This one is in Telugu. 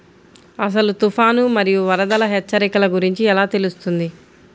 అసలు తుఫాను మరియు వరదల హెచ్చరికల గురించి ఎలా తెలుస్తుంది?